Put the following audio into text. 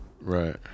Right